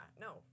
no